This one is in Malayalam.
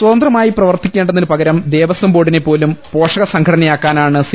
സ്വതന്ത്രമായി പ്രവർത്തിക്കേണ്ടതിനു പകരം ദേവസ്വം ബോർഡിനെപ്പോലും പോഷകസംഘടനയാക്കാനാണ് സി